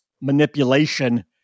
manipulation